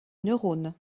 neurones